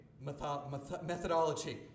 methodology